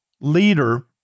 leader